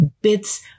bits